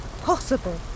possible